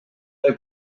pel